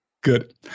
Good